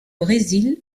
brésil